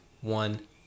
one